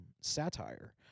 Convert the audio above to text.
satire